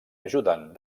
ajudant